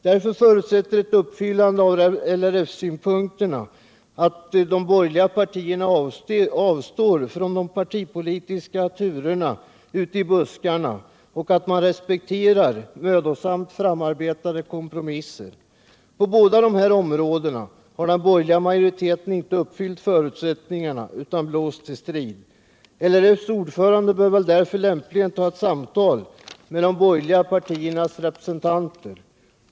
Därför förutsätter ett uppfyllande av LRF-synpunkterna att de borgerliga partierna avstår från de partipolitiska turerna ute i buskarna och att man respekterar mödosamt framarbetade kompromisser. På dessa områden har den borgerliga majoriteten inte uppfyllt förutsättningarna utan blåst till strid. LRF:s ordförande bör väl därför lämpligen ta ett samtal med de borgerliga partiernas representanter.